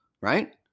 right